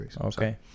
okay